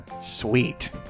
Sweet